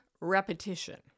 repetition